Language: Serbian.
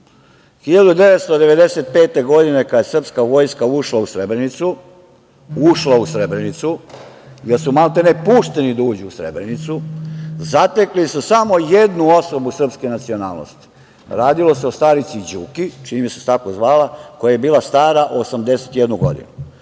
1995. kada je srpska vojska ušla u Srebrenicu, ušla u Srebrenicu, jer su maltene pušteni da uđu u Srebrenicu, zatekli su samo jednu osobu srpske nacionalnosti. Radilo se o starici Đuki, čini mi se da se tako zvala, koja je bila stara 81 godinu. Dakle,